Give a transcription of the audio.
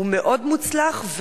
הוא מאוד מוצלח,